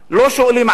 לא שואלים עלינו.